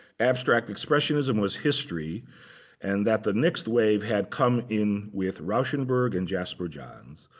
abstract expressionism was history and that the next wave had come in with rauschenberg and jasper johns.